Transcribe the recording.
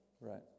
Right